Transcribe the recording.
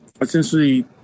essentially